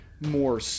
more